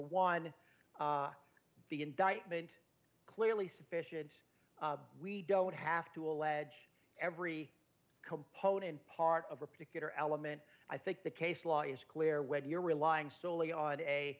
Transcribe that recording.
one the indictment clearly sufficient we don't have to allege every component part of a particular element i think the case law is clear when you're relying solely on a